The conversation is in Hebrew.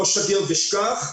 לא שגר ושכח,